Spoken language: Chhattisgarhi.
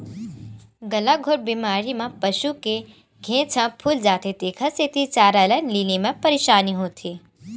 गलाघोंट बेमारी म पसू के घेंच ह फूल जाथे तेखर सेती चारा ल लीले म परसानी होथे